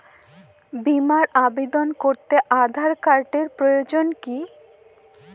বিমার আবেদন করতে আধার কার্ডের প্রয়োজন কি?